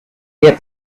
get